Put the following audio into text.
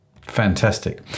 Fantastic